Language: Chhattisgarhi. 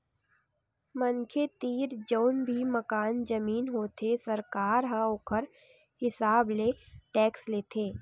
मनखे तीर जउन भी मकान, जमीन होथे सरकार ह ओखर हिसाब ले टेक्स लेथे